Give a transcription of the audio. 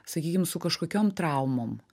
sakykim su kažkokiom traumom